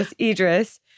Idris